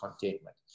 contentment